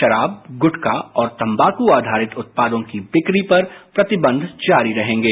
शराब गुटखा और तंवाकू आधारित उत्पादों की बिक्री पर प्रतिबंध जारी रहेंगे